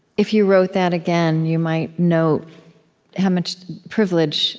if you wrote that again, you might note how much privilege